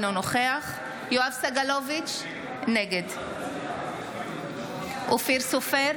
אינו נוכח יואב סגלוביץ' נגד אופיר סופר,